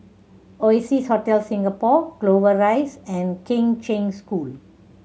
Oasia's Hotel Singapore Clover Rise and Kheng Cheng School